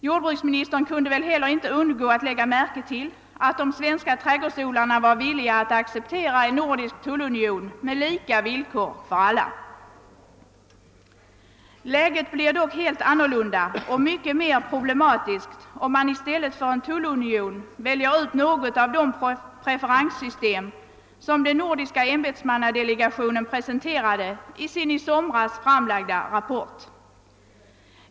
Jordbruksministern kunde väl heller inte undgå att lägga märke till att de svenska trädgårdsodlarna var villiga att acceptera en nordisk tullunion med lika villkor för alla. Läget blir dock ett helt annat och mycket mer problematiskt om man i stället för en tullunion väljer något av de preferenssystem som den nordiska ämbetsmannadelegationen presenterade i sin under sommaren framlagda rapport.